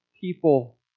people